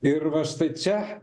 ir va štai čia